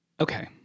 Okay